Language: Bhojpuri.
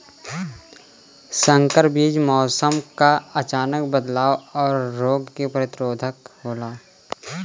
संकर बीज मौसम क अचानक बदलाव और रोग के प्रतिरोधक होला